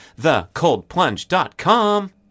thecoldplunge.com